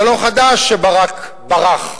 זה לא חדש שברק ברח,